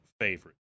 favorite